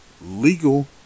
legal